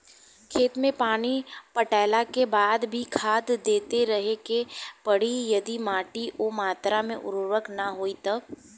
खेत मे पानी पटैला के बाद भी खाद देते रहे के पड़ी यदि माटी ओ मात्रा मे उर्वरक ना होई तब?